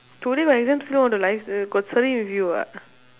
today got exams still want to live uh got study with you ah